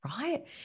right